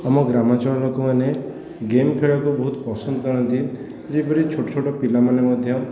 ଆମ ଗ୍ରାମାଞ୍ଚଳର ଲୋକମାନେ ଗେମ ଖେଳିବା ପାଇଁ ବହୁତ ପସନ୍ଦ କରନ୍ତି ଯେପରି ଛୋଟଛୋଟ ପିଲାମାନେ ମଧ୍ୟ